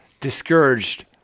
discouraged